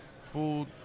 food